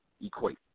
equate